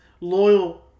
loyal